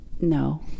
no